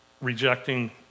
rejecting